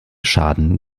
schaden